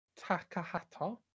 Takahata